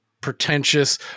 pretentious